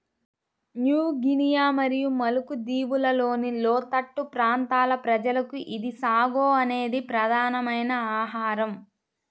new Guinea మరియు Maluku దీవులలోని లోతట్టు ప్రాంతాల ప్రజలకు ఇది సాగో అనేది ప్రధానమైన ఆహారం